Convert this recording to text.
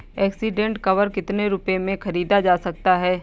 Accident cover कितने रुपए में खरीदा जा सकता है?